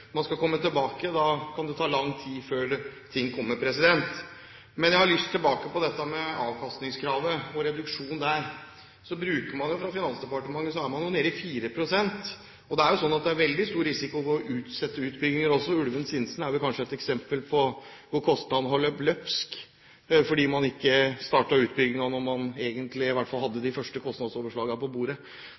man skal komme tilbake, kan det ta lang tid før det kommer. Jeg har lyst til å gå tilbake til dette med avkastningskravet og reduksjonen der. Fra Finansdepartementets side er man jo nede i 4 pst. Det er jo en veldig stor risiko ved å utsette utbygginger også. Ulven–Sinsen er vel kanskje et eksempel på at kostnadene har løpt løpsk, fordi man ikke startet utbyggingen da man hadde de første kostnadsoverslagene på bordet.